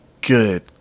good